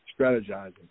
strategizing